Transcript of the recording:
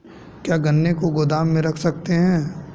क्या गन्ने को गोदाम में रख सकते हैं?